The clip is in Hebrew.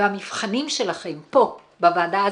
המבחנים שלכם פה בוועדה הזאת,